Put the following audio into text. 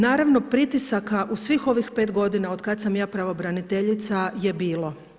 Naravno pritisaka u svih ovih pet godina od kada sam ja pravobraniteljica je bilo.